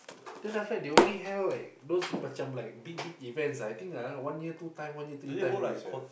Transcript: then after that they only held like those macam like big big events I think ah one year two time one year three time only sia